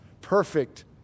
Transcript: perfect